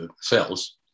cells